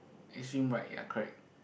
extreme right ya correct